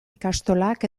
ikastolak